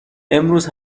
امروز